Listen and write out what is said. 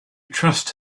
trust